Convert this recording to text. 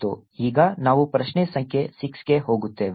ಈಗ ನಾವು ಪ್ರಶ್ನೆ ಸಂಖ್ಯೆ 6 ಕ್ಕೆ ಹೋಗುತ್ತೇವೆ